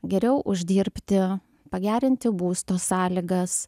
geriau uždirbti pagerinti būsto sąlygas